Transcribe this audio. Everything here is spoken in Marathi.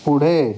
पुढे